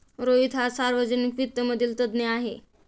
रोहित हा सार्वजनिक वित्त मधील तज्ञ आहे